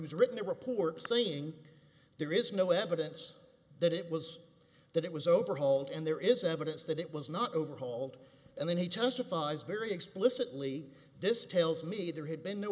who's written a report saying there is no evidence that it was that it was overhauled and there is evidence that it was not overhauled and then he testifies very explicitly this tells me there had been